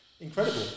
Incredible